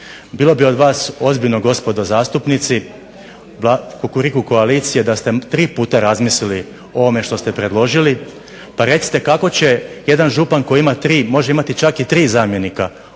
Bilo bi od vas ozbiljno gospodo zastupnici Kukuriku koalicije da ste tri puta razmislili o ovome što ste predložili pa recite kako će jedan župan koji ima tri, može imati čak i tri zamjenika,